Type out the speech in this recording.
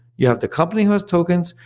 you have the company who has tokens,